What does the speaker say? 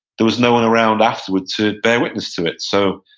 there was no one around afterward to bear witness to it. so